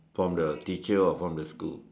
from the teacher or from the school